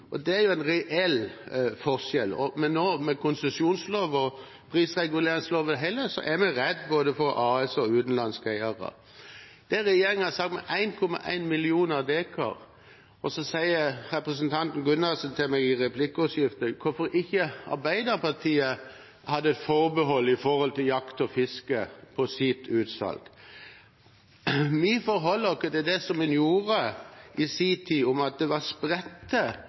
konsesjonslov og prisreguleringslov heller, er vi redd for både AS og utenlandske eiere. Regjeringen snakker om 1,1 millioner dekar, og så spør representanten Gundersen meg i replikkordskiftet om hvorfor Arbeiderpartiet ikke hadde forbehold om jakt og fiske på sitt utsalg. Vi forholder oss til det en gjorde i sin tid, om at det var spredte